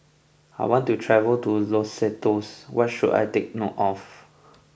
I want to travel to Lesotho what should I take note of